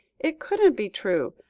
it couldn't be true.